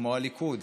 כמו הליכוד,